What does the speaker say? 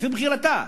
לפי בחירתה.